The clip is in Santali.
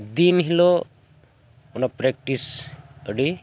ᱫᱤᱱ ᱦᱤᱞᱳᱜ ᱚᱱᱟ ᱯᱨᱮᱠᱴᱤᱥ ᱟᱹᱰᱤ